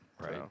Right